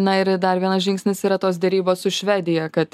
na ir dar vienas žingsnis yra tos derybos su švedija kad